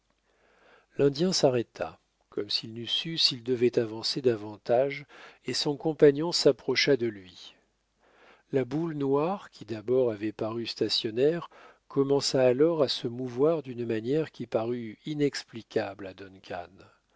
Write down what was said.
l'indien s'arrêta comme s'il n'eût su s'il devait avancer davantage et son compagnon s'approcha de lui la boule noire qui d'abord avait paru stationnaire commença alors à se mouvoir d'une manière qui parut inexplicable à